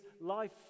life